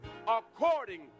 according